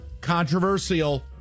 Controversial